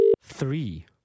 Three